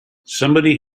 somebody